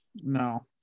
no